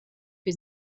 für